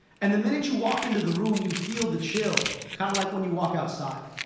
and the minute you walk into the room, you feel the chill, kind of like when you walk outside.